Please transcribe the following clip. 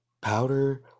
powder